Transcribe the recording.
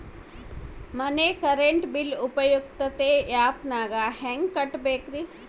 ಮನೆ current bill ಉಪಯುಕ್ತತೆ app ನಾಗ ಹೆಂಗ ಕಟ್ಟಬೇಕು?